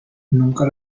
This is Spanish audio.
nunca